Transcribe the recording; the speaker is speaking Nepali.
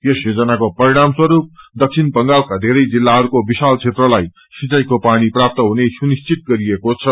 यस योजनाको परिणामस्वरूप दक्षिण बंगाका धेरै जिलहरूको विशाल क्षेत्रलाई चिाईको पानी प्राप्त हुने सुनिश्चित गरिएको छ